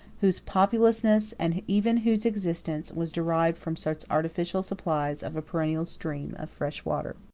whose populousness, and even whose existence, was derived from such artificial supplies of a perennial stream of fresh water.